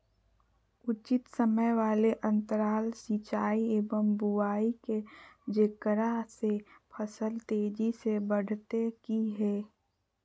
उचित समय वाले अंतराल सिंचाई एवं बुआई के जेकरा से फसल तेजी से बढ़तै कि हेय?